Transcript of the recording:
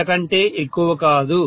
అంతకంటే ఎక్కువ కాదు